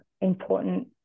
important